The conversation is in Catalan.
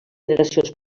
generacions